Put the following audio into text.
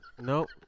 Nope